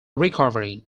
recovering